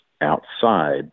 outside